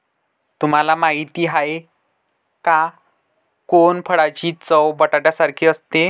तुम्हाला माहिती आहे का? कोनफळाची चव बटाट्यासारखी असते